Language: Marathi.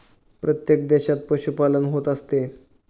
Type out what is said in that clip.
प्रत्येक देशात पशुपालन होत असते